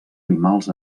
animals